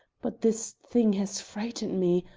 but this thing has frightened me.